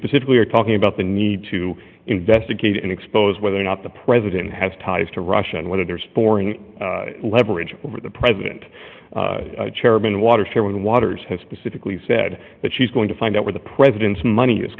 specifically are talking about the need to investigate and expose whether or not the president has ties to russia and whether there's pouring leverage over the president chairman of water share with waters has specifically said that she's going to find out where the president's money is